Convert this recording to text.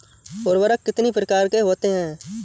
उर्वरक कितनी प्रकार के होते हैं?